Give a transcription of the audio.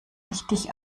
richtig